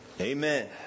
Amen